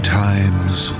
times